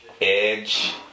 edge